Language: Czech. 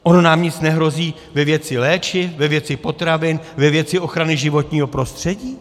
Ono nám nic nehrozí ve věci léčiv, ve věci potravin, ve věci ochrany životního prostředí?